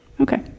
Okay